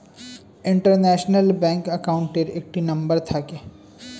international bank অ্যাকাউন্টের একটি number থাকে